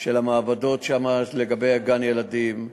של המעבדות לגבי גן-הילדים.